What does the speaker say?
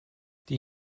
die